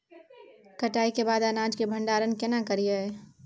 कटाई के बाद अनाज के भंडारण केना करियै?